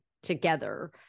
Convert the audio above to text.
together